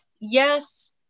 yes